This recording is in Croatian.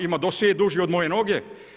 Ima dosije duži od moje noge.